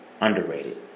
underrated